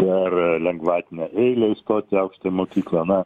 ir lengvatinę eilęįstoti į aukštąją mokyklą